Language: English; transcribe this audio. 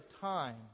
time